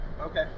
Okay